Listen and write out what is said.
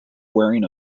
wearing